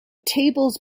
tables